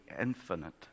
infinite